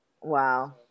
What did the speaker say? Wow